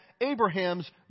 Abraham's